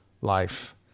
life